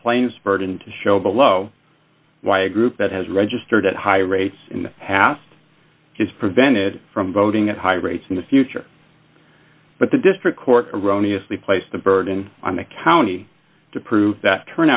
planes burden to show below why a group that has registered at high rates in the past is prevented from voting at high rates in the future but the district court erroneous we place the burden on the county to prove that turn